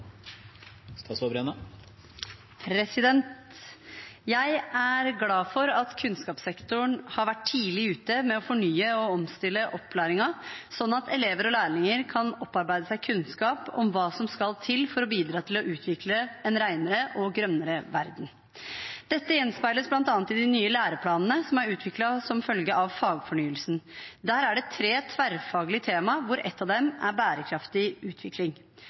glad for at kunnskapssektoren har vært tidlig ute med å fornye og omstille opplæringen, sånn at elever og lærlinger kan opparbeide seg kunnskap om hva som skal til for å bidra til å utvikle en renere og grønnere verden. Dette gjenspeiles bl.a. i de nye læreplanene som er utviklet som følge av fagfornyelsen. Der er det tre tverrfaglige tema hvor ett av dem er bærekraftig utvikling.